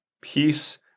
peace